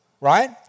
right